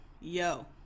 yo